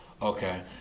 Okay